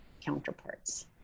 counterparts